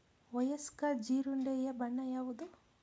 ವಯಸ್ಕ ಜೀರುಂಡೆಯ ಬಣ್ಣ ಯಾವುದು?